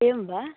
एवं वा